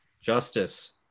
Justice